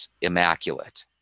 immaculate